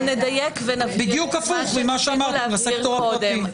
בדיוק הפוך ממה שאמרתם לסקטור הפרטי.